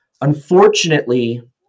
unfortunately